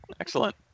Excellent